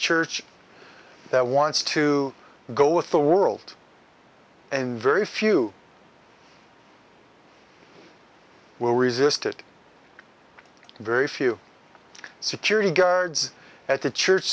church that wants to go with the world and very few will resist it very few security guards at the church